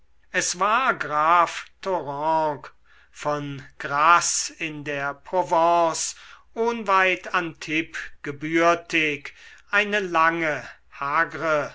es war graf thoranc von grasse in der provence ohnweit antibes gebürtig eine lange hagre